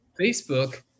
Facebook